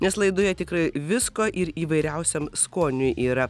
nes laidoje tikrai visko ir įvairiausiam skoniui yra